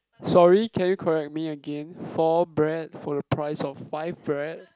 sorry can you correct me again four bread for the price of five bread